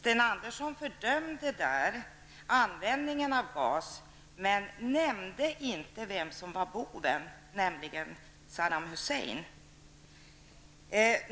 Sten Andersson fördömde där användningen av gas men nämnde inte vem som var boven, nämligen Saddam Hussein.